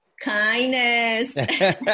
Kindness